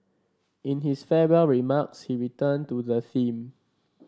in his farewell remarks he returned to the theme